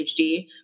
ADHD